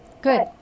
Good